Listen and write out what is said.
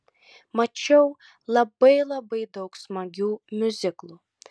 mačiau labai labai daug smagių miuziklų